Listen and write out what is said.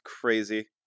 crazy